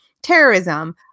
Terrorism